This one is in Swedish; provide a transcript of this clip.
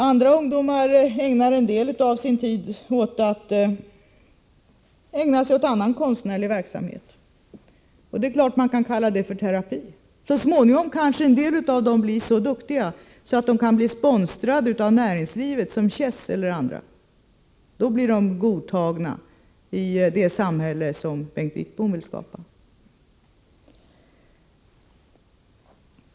Andra ungdomar ägnar en del av sin tid åt annan konstnärlig verksamhet. Det är klart att man kan kalla det för terapi. Så småningom kanske en del av dem blir så duktiga att de kan bli sponsrade av näringslivet som Chess och andra — då blir de godtagna i det samhälle som Bengt Wittbom vill skapa.